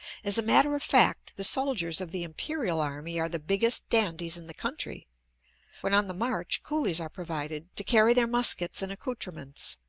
as a matter of fact, the soldiers of the imperial army are the biggest dandies in the country when on the march coolies are provided to carry their muskets and accoutrements.